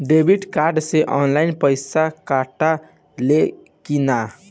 Debit card से online पैसा कटा ले कि ना?